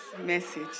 message